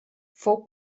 fou